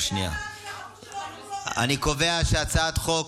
אני יכולה להגיד על זה משהו?